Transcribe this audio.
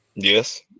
Yes